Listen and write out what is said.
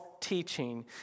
teaching